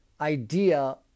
idea